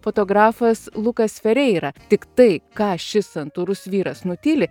fotografas lukas fereira tik tai ką šis santūrus vyras nutyli